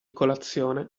colazione